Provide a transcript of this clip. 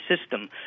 system